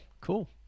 Cool